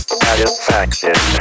satisfaction